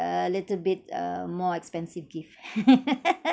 a little bit uh more expensive gift